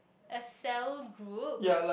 a sell group